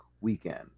weekend